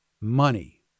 money